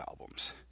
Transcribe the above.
albums